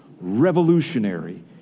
revolutionary